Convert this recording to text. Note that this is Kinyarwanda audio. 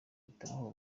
itabaho